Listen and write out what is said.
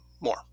more